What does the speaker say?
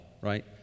right